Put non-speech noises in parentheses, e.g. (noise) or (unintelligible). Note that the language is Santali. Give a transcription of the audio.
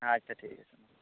ᱟᱪᱪᱷᱟ ᱴᱷᱤᱠ (unintelligible)